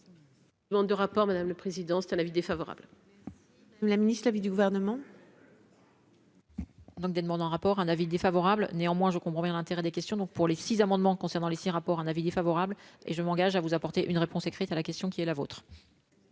Demande de rapport Madame le président, c'est un avis défavorable. La ministre de l'avis du gouvernement. Donc des demandes un rapport un avis défavorable, néanmoins je comprends bien l'intérêt des questions donc, pour les 6 amendements concernant les 6 rapports un avis défavorable et je m'engage à vous apporter une réponse écrite à la question qui est la vôtre.